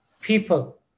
people